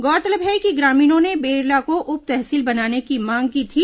गौरतलब है कि ग्रामीणों ने बेरला को उप तहसील बनाने की मांग की थी